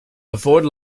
avoid